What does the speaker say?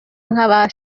nka